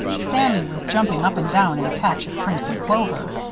sammy was jumping up and down in a patch of crimson clover.